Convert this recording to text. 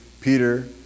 Peter